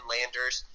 Landers